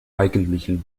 eigentlichen